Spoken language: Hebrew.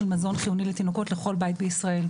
מזון חיוני לתינוקות לכל בית בישראל.